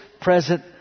present